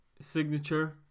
signature